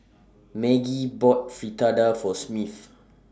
Maggie bought Fritada For Smith